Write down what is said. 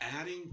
adding